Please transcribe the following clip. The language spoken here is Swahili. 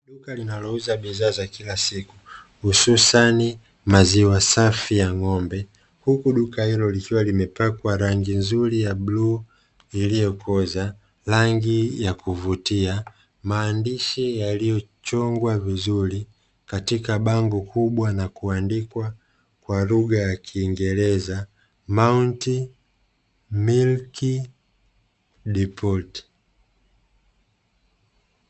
Duka linalouza bidhaa za kila siku hususani maziwa safi ya ng'ombe, huku duka hilo likiwa limepakwa rangi nzuri ya bluu iliyokoza rangi ya kuvutia, maandishi yaliyochongwa vizuri katika bango kubwa na kuandikwa kwa lugha ya kiingereza "mount milk depot".